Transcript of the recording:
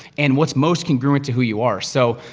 and what's most congruent to who you are. so,